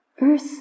Earth